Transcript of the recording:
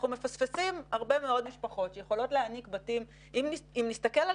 אנחנו מפספסים הרבה מאוד משפחות שיכולות להעניק בתים אם נסתכל על